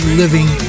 living